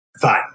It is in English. Fine